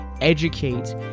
Educate